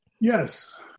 Yes